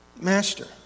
master